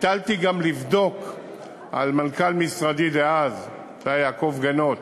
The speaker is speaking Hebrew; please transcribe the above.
הטלתי גם על מנכ"ל משרדי דאז יעקב גנות